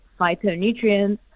phytonutrients